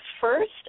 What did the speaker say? first